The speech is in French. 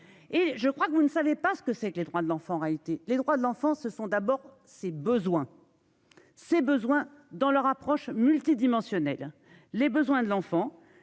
Et je crois que vous ne savez pas ce que c'est que les droits de l'enfant a été les droits de l'enfant. Ce sont d'abord ses besoins. Ses besoins dans leur approche multidimensionnelle. Les besoins de l'enfant